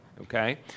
okay